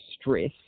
stress